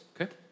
okay